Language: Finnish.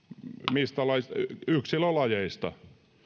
mistä lajista yksilölajeista